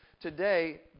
today